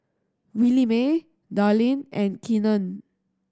Williemae Darlene and Keenan